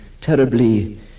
terribly